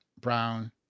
brown